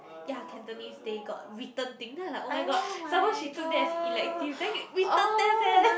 ya Cantonese they got written thing then I was like oh-my-god some more she took that as elective then written test eh